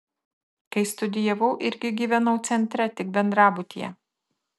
kai studijavau irgi gyvenau centre tik bendrabutyje